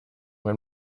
wenn